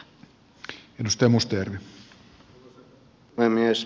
arvoisa puhemies